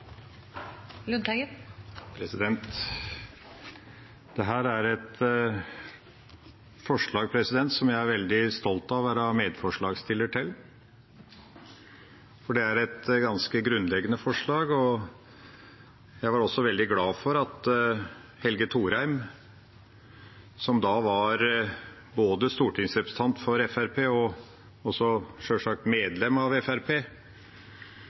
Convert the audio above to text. veldig stolt av å være medforslagsstiller til, for det er et ganske grunnleggende forslag. Jeg var også veldig glad for at Helge Thorheim, som da var både stortingsrepresentant for Fremskrittspartiet og, sjølsagt, medlem av